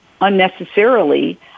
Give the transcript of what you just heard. unnecessarily